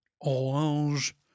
Orange